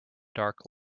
dark